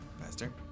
Master